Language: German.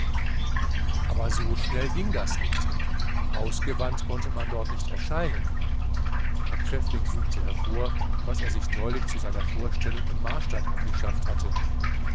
aber so schnell ging das nicht im hausgewand konnte man dort nicht erscheinen herr pfäffling suchte hervor was er sich neulich zu seiner vorstellung in marstadt angeschafft hatte